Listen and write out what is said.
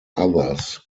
others